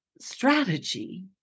strategy